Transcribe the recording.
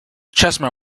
chessmen